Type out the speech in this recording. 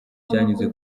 cyanyuze